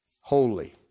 holy